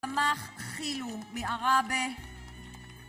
סמך חילום מערבה